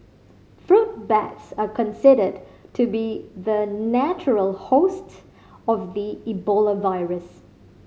fruit bats are considered to be the natural host of the Ebola virus